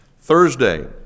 Thursday